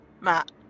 Matt